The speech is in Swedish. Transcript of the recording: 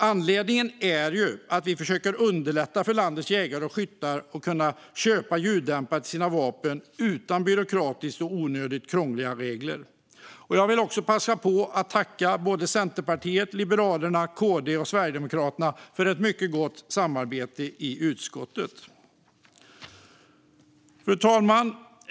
Anledningen är att vi försöker underlätta för landets jägare och skyttar att kunna köpa ljuddämpare till sina vapen utan byråkratiska och onödigt krångliga regler. Jag vill passa på att tacka Centerpartiet, Liberalerna, KD och Sverigedemokraterna för ett mycket gott samarbete i utskottet. Fru talman!